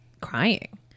crying